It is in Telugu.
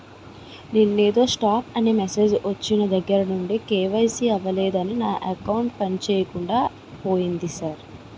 నిన్నేదో స్టాప్ అని మెసేజ్ ఒచ్చిన దగ్గరనుండి కే.వై.సి అవలేదని నా అకౌంట్ పనిచేయకుండా పోయింది సార్